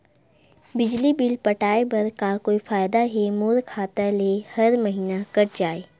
बिजली बिल पटाय बर का कोई तरीका हे मोर खाता ले हर महीना कट जाय?